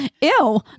Ew